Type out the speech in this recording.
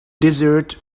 desert